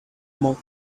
among